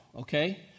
okay